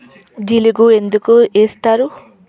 జిలుగు ఎందుకు ఏస్తరు?